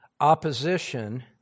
opposition